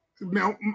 Now